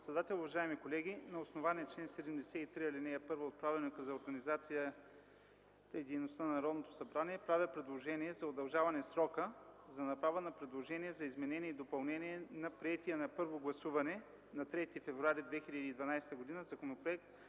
председател, уважаеми колеги! На основание чл. 73, ал. 1 от Правилника за организацията и дейността на Народното събрание правя предложение за удължаване срока за направа на предложения за изменение и допълнение на приетия на първо гласуване – на 3 февруари 2012 г., Законопроект